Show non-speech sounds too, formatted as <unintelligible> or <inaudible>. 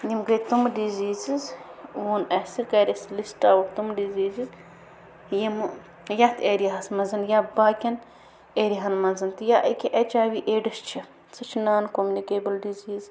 یِم گٔے تِم ڈِزیٖزٕز <unintelligible> اَسہِ کَرِ اَسہِ لِسٹہٕ آوُٹ تِم ڈِزیٖزٕز یِمہٕ یَتھ ایریاہَس منٛز یا باقیَن ایریاہَن منٛز تہِ ایٚکیٛاہ اٮ۪چ آے وی ایڈٕس چھِ سُہ چھِ نان کوٚمنِکیبٕل ڈِزیٖز